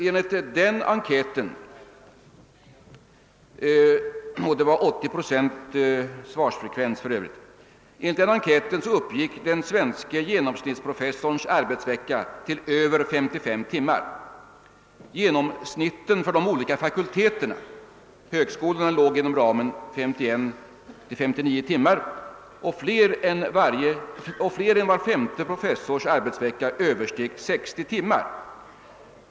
Enligt denna enkät — svarsfrekvensen var för Öövrigt 80 procent — uppgick den svenska genomsnittsprofessorns arbetsvecka till över 55 timmar. Genomsnittet för de olika fakulteterna—högskolorna låg inom ramen 51 till 59 timmar, och mer än var femte professors arbetsvecka översteg 60 timmar.